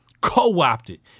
Co-opted